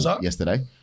yesterday